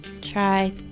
try